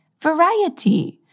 variety